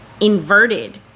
inverted